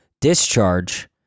discharge